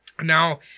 Now